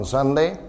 Sunday